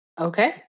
Okay